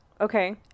okay